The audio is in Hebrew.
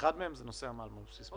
ואחד הנושאים הוא מע"מ על בסיס מזומן.